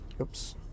oops